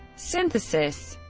synthesis